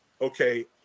okay